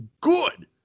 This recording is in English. good